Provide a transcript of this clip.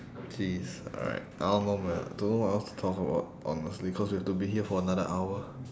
please alright I don't know man don't know what else to talk about honestly cause we have to be here for another hour